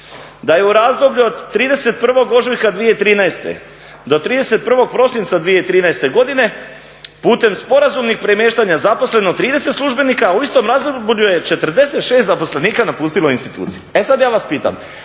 Da je u razdoblju od 31. ožujka 2013. do 31. prosinca 2013. godine putem sporazumnih premještana zaposleno 30 službenika, a u istom razdoblju je 46 zaposlenika napustilo institucije. E sad ja vas pitam,